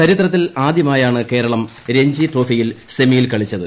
ചരിത്രത്തിൽ ആദ്യമായാണ് കേരളം രഞ്ജി ട്രോഫിയിൽ സെമിയിൽ കളിച്ചത്